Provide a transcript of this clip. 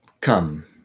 Come